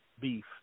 beef